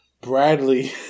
Bradley